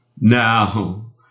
Now